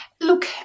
Look